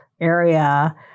area